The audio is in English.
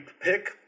pick